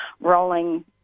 rolling